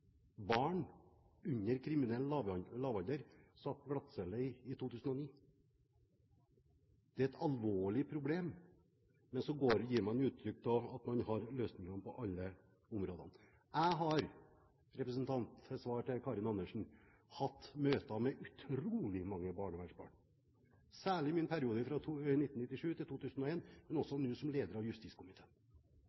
barn under kriminell lavalder satt på glattcelle i 2009. Det er et alvorlig problem, men man gir uttrykk for at man har løsningen på alle områdene. Et svar til representanten Karin Andersen: Jeg har hatt møter med utrolig mange barnevernsbarn, særlig i perioden fra 1997 til 2001, men